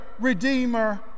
redeemer